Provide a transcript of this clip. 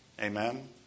Amen